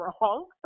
wrong